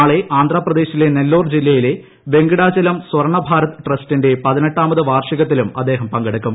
നാളെ ആന്ധ്രാപ്രദേശിലെ നെല്ലോർ ജില്ലയിലെ വെങ്കിടാചലം സ്വർണ്ണ ഭാരത് ട്രസ്റ്റിന്റെ പതിനെട്ടാമത് വാർഷികത്തിലും അദ്ദേഹംപങ്കെടുക്കും